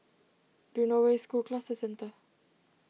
do you know where is School Cluster Centre